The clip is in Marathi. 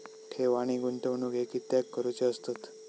ठेव आणि गुंतवणूक हे कित्याक करुचे असतत?